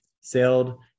sailed